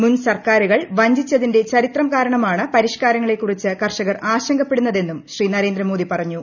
മുൻ സർക്കാരുകൾ വഞ്ചിച്ചതിന്റെ ചരിത്രം കാരണമാണ് പരിഷ്കാരങ്ങളെക്കുറിച്ച് കർഷകർ ആശങ്കപ്പെടുന്നതെന്നുകൾൾ ന്രേന്ദ്രമോദി പറഞ്ഞു